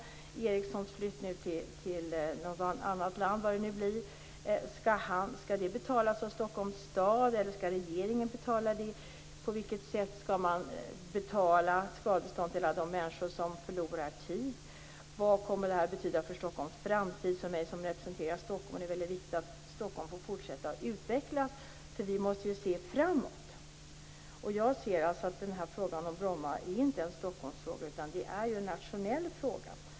Skall Ericssons flytt till något annat land, vad det nu blir, betalas av Stockholms stad eller skall regeringen betala? På vilket sätt skall man betala skadestånd till alla de människor som förlorar tid? Vad kommer det här att betyda för Stockholms framtid? För mig som representerar Stockholm är det väldigt viktigt att Stockholm får fortsätta att utvecklas. Vi måste ju se framåt. Som jag ser det är frågan om Bromma inte en Stockholmsfråga utan en nationell fråga.